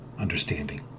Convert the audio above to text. understanding